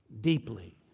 deeply